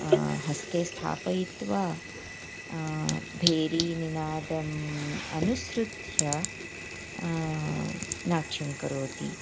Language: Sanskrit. हस्ते स्थापयित्वा भेरीनिनादम् अनुसृत्य नाट्यं करोति